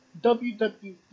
WWE